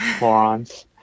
morons